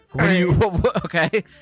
Okay